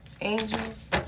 Angels